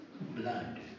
blood